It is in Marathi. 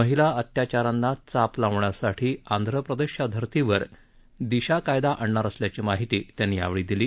महिला अत्याचारांना चाप लावण्यासाठी आंधप्रदेशच्या धर्तीवर दिशा कायदा आणणार असल्याची माहिती त्यांनी यावेळी दिली